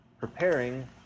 preparing